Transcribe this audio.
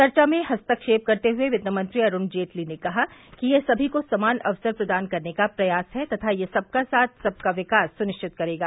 चर्चा में हस्तक्षेप करते हुए वित्तमंत्री अरूण जेटली ने कहा कि यह सभी को सामान अवसर प्रदान करने का प्रयास है तथा यह सबका साथ सबका विकास सुनिश्चित करेगा